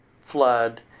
flood